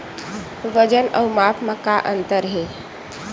वजन अउ माप म का अंतर हे?